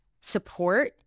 support